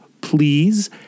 please